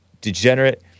degenerate